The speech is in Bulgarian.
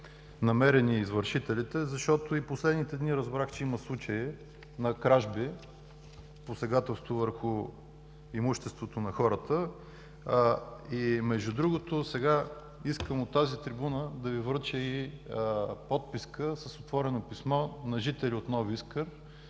намерени извършителите, защото и в последните дни разбрах, че има случаи на кражби, посегателство върху имуществото на хората. Сега искам от тази трибуна да Ви връча и подписка с отворено писмо на жители на „Нови Искър“